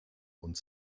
und